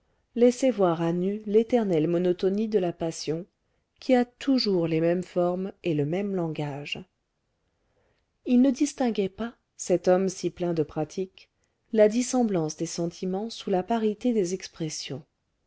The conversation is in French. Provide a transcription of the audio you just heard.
laissait voir à nu l'éternelle monotonie de la passion qui a toujours les mêmes formes et le même langage il ne distinguait pas cet homme si plein de pratique la dissemblance des sentiments sous la parité des expressions